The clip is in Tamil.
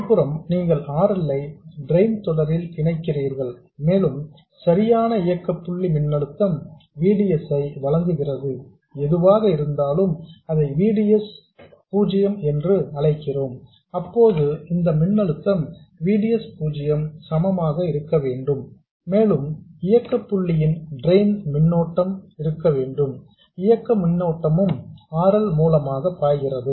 மறுபுறம் நீங்கள் R L ஐ டிரெயின் தொடரில் இணைக்கிறீர்கள் மேலும் சரியான இயக்க புள்ளி மின்னழுத்தம் V D S ஐ வழங்குகிறது எதுவாக இருந்தாலும் அதை V D S 0 என்று அழைக்கிறோம் அப்போது இந்த மின்னழுத்தம் V D S 0 சமமாக இருக்க வேண்டும் மேலும் இயக்க புள்ளியின் டிரெயின் மின்னோட்டம் இருக்க வேண்டும் இயக்கப் மின்னோட்டமும் R L மூலமாக பாய்கிறது